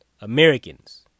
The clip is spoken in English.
Americans